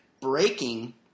Breaking –